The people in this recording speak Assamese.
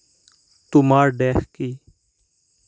তোমাৰ দেশ কি